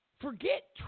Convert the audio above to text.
Forget